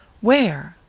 where?